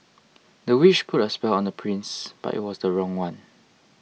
the witch put a spell on the prince but it was the wrong one